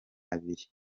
abiri